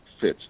fits